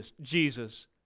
Jesus